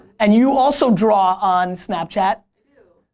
and you also draw on snapchat.